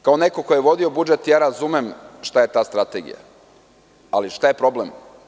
Kao neko ko je vodio budžet, razumem šta je ta strategija, ali šta je problem?